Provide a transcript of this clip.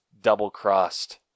double-crossed